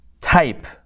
type